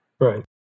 Right